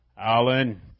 Alan